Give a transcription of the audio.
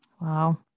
Wow